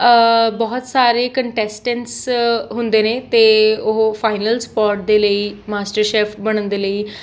ਬਹੁਤ ਸਾਰੇ ਕੰਟੈਸਟੈਂਸ ਹੁੰਦੇ ਨੇ ਅਤੇ ਉਹ ਫਾਈਨਲ ਸਪੋਟ ਦੇ ਲਈ ਮਾਸਟਰ ਸ਼ੈੱਫ ਬਣਨ ਦੇ ਲਈ